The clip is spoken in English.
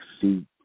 see